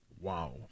Wow